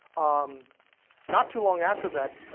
um not too long after that,